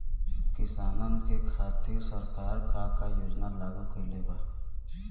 किसानन के खातिर सरकार का का योजना लागू कईले बा?